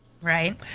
right